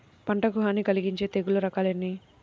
పంటకు హాని కలిగించే తెగుళ్ళ రకాలు ఎన్ని?